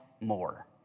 more